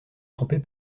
trompez